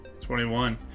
21